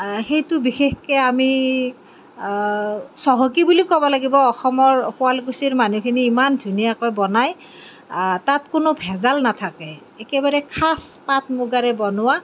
সেইটো বিশেষকৈ আমি চহকী বুলি ক'ব লাগিব অসমৰ শুৱালকুছিৰ মানুহখিনি ইমান ধুনীয়াকৈ বনায় তাত কোনো ভেজাল নাথাকে একেবাৰে খাচ পাট মুগাৰে বনোৱা